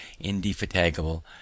indefatigable